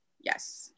yes